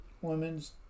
women's